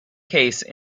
case